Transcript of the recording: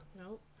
Nope